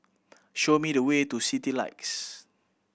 show me the way to Citylights